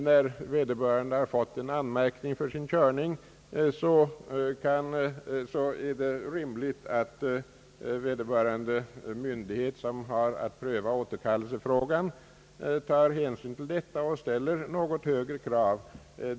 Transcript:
När vederbörande har fått en anmärkning för sin körning, är det rimligt att vederbörande myndighet som har att pröva återkallelsefrågan tar hänsyn till detta och ställer något högre krav.